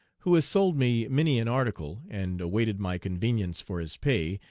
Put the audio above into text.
who has sold me many an article, and awaited my convenience for his pay,